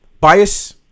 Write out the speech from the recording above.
Bias